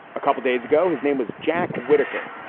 a couple days ago, his name was jack whitaker.